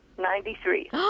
Ninety-three